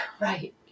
Right